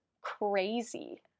crazy